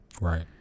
Right